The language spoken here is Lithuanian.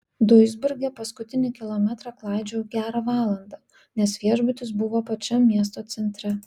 duisburge paskutinį kilometrą klaidžiojau gerą valandą nes viešbutis buvo pačiam miesto centre